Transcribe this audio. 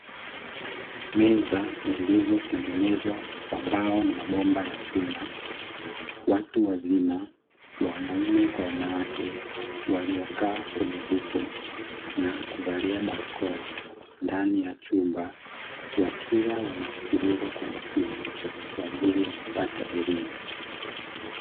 Meza zilizotengenezwa kwa mbao na mabomba ya chuma; watu wazima wanaume kwa wanawake waliokaa kwenye viti na kuvalia barakoa, ndani ya chumba wakiwa wanasikiliza kwa makini kwa ajili ya kupata elimu.